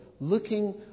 looking